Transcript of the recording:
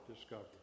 discovery